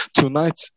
tonight